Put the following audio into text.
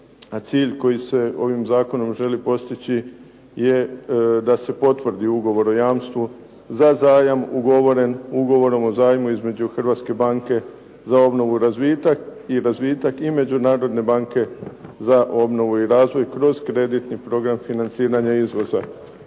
a cilj koji se ovim zakonom želi postići je da se potvrdi ugovor o jamstvu za zajam ugovoren ugovorom o zajmu između Hrvatske banke za obnovu, razvitak i razvitak i Međunarodne banke za obnovu i razvoj kroz kreditni program financiranja izvoza.